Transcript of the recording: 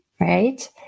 right